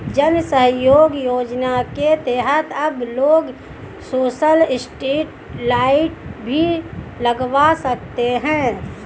जन सहयोग योजना के तहत अब लोग सोलर स्ट्रीट लाइट भी लगवा सकते हैं